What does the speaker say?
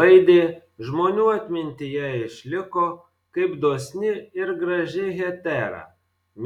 laidė žmonių atmintyje išliko kaip dosni ir graži hetera